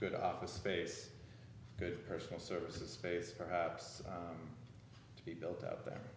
good office space good personal services space perhaps to be built out there